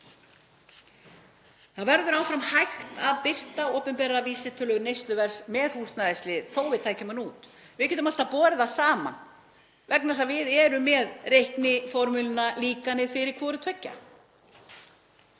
Það verður áfram hægt að birta opinbera vísitölu neysluverðs með húsnæðislið þótt við tækjum þar út. Við getum alltaf borið það saman vegna þess að við erum með reikniformúluna, líkanið fyrir hvort tveggja.